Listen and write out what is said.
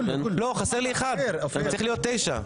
חסר לי אחד, צריך להיות תשע.